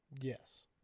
Yes